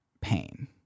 pain